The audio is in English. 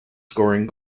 scoring